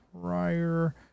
prior